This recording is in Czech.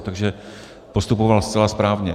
Takže postupoval zcela správně.